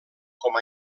com